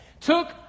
Took